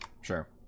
Sure